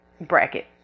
bracket